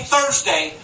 Thursday